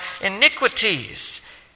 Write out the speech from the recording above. iniquities